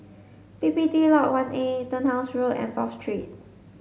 P P T Lodge one A Turnhouse Road and Fourth Street